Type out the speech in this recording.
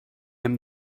hem